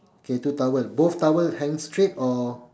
okay two towel both towel hang straight or